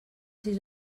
sis